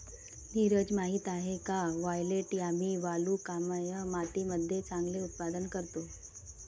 नीरज माहित आहे का वायलेट यामी वालुकामय मातीमध्ये चांगले उत्पादन करतो?